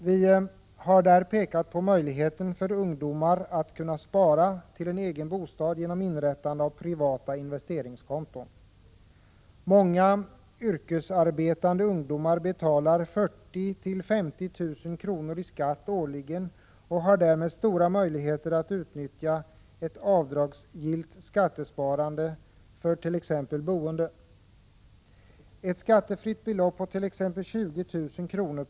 Vi har där pekat på möjligheten för ungdomar att spara till en egen bostad genom inrättande av privata investeringskonton. Många yrkesarbetande ungdomar betalar 40 000— 50 000 kr. i skatt årligen och har därmed stora möjligheter att utnyttja ett avdragsgillt skattesparande för t.ex. boende. Ett skattefritt belopp på t.ex. 20 000 kr.